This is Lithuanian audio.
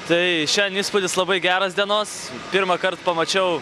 tai šiandien įspūdis labai geras dienos pirmąkart pamačiau